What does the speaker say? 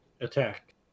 attack